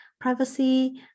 privacy